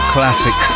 Classic